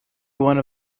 one